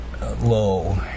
low